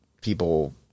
people